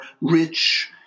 rich